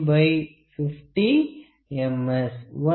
S 1 V